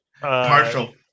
Partial